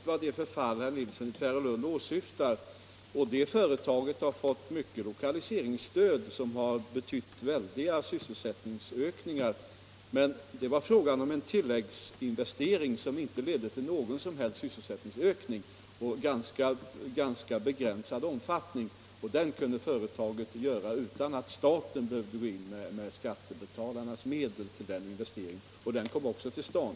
Herr talman! Jag tror jag vet vad det är för företag som herr Nilsson i Tvärålund åsyftar. Det företaget har fått mycket lokaliseringsstöd som har betytt väldiga sysselsättningsökningar. Men i detta fall var det fråga om en tilläggsinvestering som inte ledde till någon som helst sysselsättningsökning och som var av begränsad omfattning. Den kunde företaget göra utan att staten behövde gå in med skattebetalarnas medel. och den kom också till stånd.